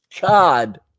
God